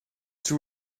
too